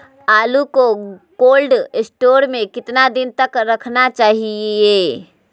आलू को cold store में कितना दिन तक रखना चाहिए?